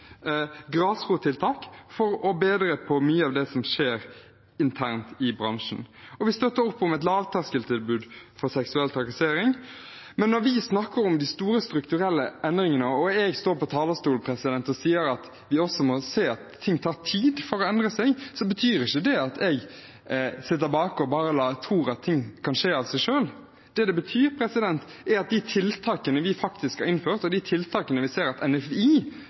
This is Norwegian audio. grasrottiltak for å bedre mye av det som skjer internt i bransjen. Vi støtter opp om et lavterskeltilbud mot seksuell trakassering, Men når vi snakker om de store strukturelle endringene, og jeg står på talerstolen og sier at vi også må se at det tar tid å endre noe, betyr ikke det at jeg ser tilbake og tror at ting kan skje av seg selv. Det det betyr, er at de tiltakene vi har innført, og de tiltakene til NFI,